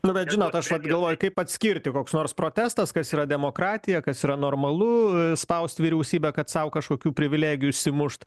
nu bet žinot aš vat galvoju kaip atskirti koks nors protestas kas yra demokratija kas yra normalu spaust vyriausybę kad sau kažkokių privilegijų išsimušt